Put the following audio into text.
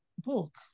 book